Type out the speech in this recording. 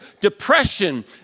depression